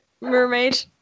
mermaid